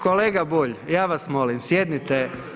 Kolega Bulj ja vas molim sjednite.